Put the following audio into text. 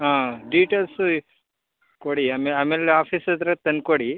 ಹಾಂ ಡೀಟೇಲ್ಸ್ ಕೊಡಿ ಆಮೇಲೆ ಆಮೇಲೆ ಆಫೀಸ್ ಹತ್ತಿರ ತಂದುಕೊಡಿ